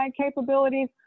capabilities